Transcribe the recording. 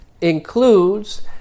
includes